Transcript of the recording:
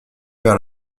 vers